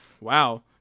Wow